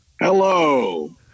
Hello